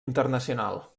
internacional